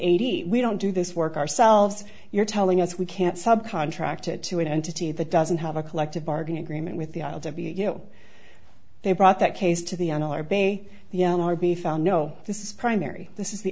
eighty we don't do this work ourselves you're telling us we can't sub contracted to an entity that doesn't have a collective bargaining agreement with the i'll give you they brought that case to the n r bay the rb found no this primary this is the